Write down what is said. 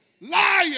liar